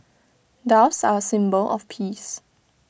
doves are A symbol of peace